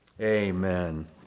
Amen